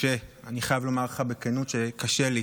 משה, אני חייב לומר לך בכנות שקשה לי